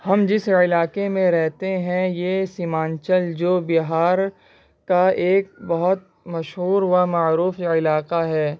ہم جس علاقے میں رہتے ہیں یہ سیمانچل جو بہار کا ایک بہت مشہور و معروف علاقہ ہے